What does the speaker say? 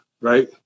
right